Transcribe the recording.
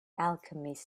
alchemist